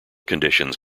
conditions